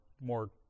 more